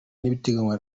ibiteganywa